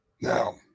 Now